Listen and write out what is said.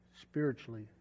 spiritually